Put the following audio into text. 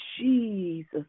Jesus